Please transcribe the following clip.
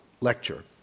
lecture